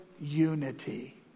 unity